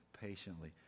patiently